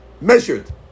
Measured